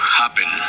happen